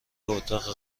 اتاق